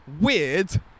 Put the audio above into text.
weird